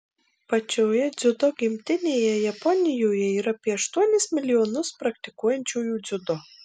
pačioje dziudo gimtinėje japonijoje yra apie aštuonis milijonus praktikuojančiųjų dziudo